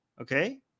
okay